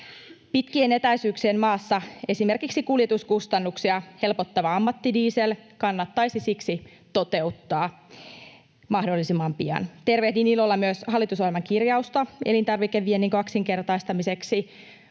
Pitkien etäisyyksien maassa esimerkiksi kuljetuskustannuksia helpottava ammattidiesel kannattaisi siksi toteuttaa mahdollisimman pian. Tervehdin ilolla myös hallitusohjelman kirjausta elintarvikeviennin kaksinkertaistamisesta,